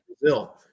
Brazil